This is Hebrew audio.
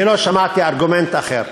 אני לא שמעתי ארגומנט אחר.